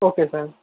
okay sir